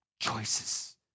choices